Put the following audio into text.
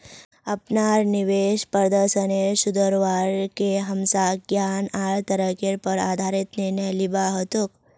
अपनार निवेश प्रदर्शनेर सुधरवार के हमसाक ज्ञान आर तर्केर पर आधारित निर्णय लिबा हतोक